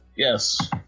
Yes